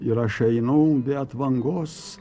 ir aš einu be atvangos